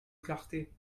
clarté